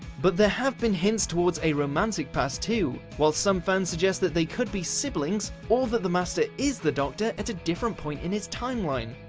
but there have been hints toward a romantic past too, while some fans suggest that they could be siblings or that the master is the doctor, at a different point in his timeline.